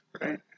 Right